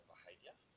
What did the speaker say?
Behavior